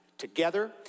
Together